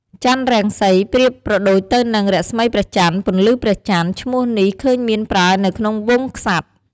ចន្ទរង្សី ប្រៀបប្រដូចទៅនឹង រស្មីព្រះចន្ទ ពន្លឺព្រះចន្ទ ឈ្មោះនេះឃើញមានប្រើនៅក្នុងវង្សក្សត្រ ។